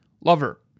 lover